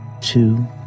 Two